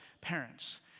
Parents